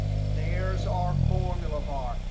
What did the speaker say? there's our formula bar.